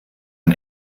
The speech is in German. ein